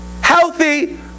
healthy